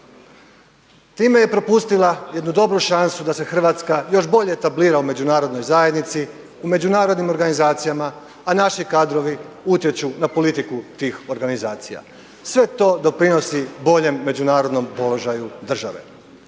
Time je propustila jednu dobru šansu da se Hrvatska još bolje etablira u međunarodnoj zajednici, u međunarodnim organizacijama, a naši kadrovi utječu na politiku tih organizacija. Sve to doprinosi boljem međunarodnom položaju države.